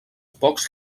pocs